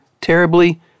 terribly